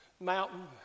mountain